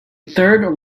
third